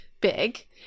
big